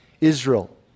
Israel